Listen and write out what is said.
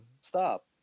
Stop